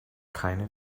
keine